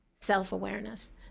self-awareness